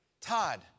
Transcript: Todd